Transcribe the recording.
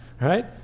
right